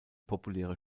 populäre